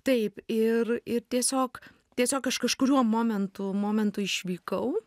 taip ir ir tiesiog tiesiog aš kažkuriuo momentu momentu išvykau